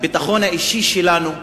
הביטחון האישי שלנו מתערער.